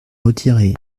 retiré